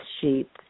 sheep